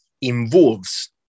involves